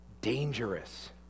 dangerous